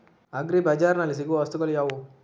Agri ಬಜಾರ್ನಲ್ಲಿ ಸಿಗುವ ವಸ್ತುಗಳು ಯಾವುವು?